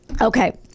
Okay